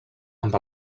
amb